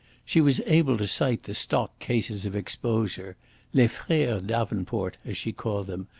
she was able to cite the stock cases of exposure les freres davenport, as she called them,